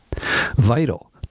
Vital